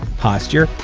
posture,